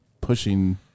pushing